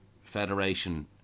Federation